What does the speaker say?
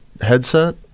headset